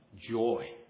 joy